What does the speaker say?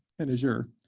and azure.